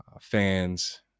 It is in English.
fans